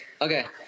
Okay